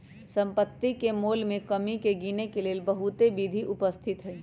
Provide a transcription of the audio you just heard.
सम्पति के मोल में कमी के गिनेके लेल बहुते विधि उपस्थित हई